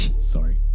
sorry